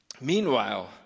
Meanwhile